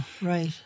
right